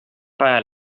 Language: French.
pas